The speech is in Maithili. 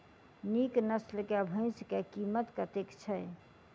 नीक नस्ल केँ भैंस केँ कीमत कतेक छै?